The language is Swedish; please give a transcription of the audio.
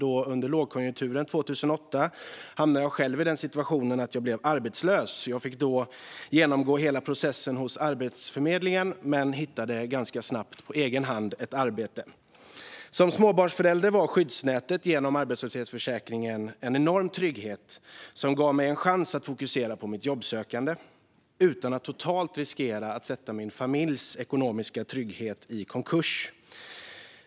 Vid lågkonjunkturen 2008 hamnade jag själv i den situationen att jag blev arbetslös. Jag fick då genomgå hela processen hos Arbetsförmedlingen men hittade ganska snabbt på egen hand ett nytt arbete. För mig som småbarnsförälder var skyddsnätet genom arbetslöshetsförsäkringen en enorm trygghet som gav mig en chans att fokusera på mitt jobbsökande utan att riskera att totalt försätta min familj i en ekonomisk konkurs.